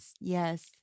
yes